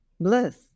bliss